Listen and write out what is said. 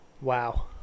wow